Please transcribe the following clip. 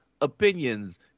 opinions